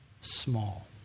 small